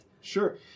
Sure